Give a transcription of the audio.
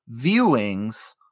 viewings